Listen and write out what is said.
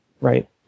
right